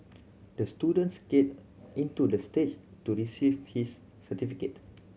the student skated into the stage to receive his certificate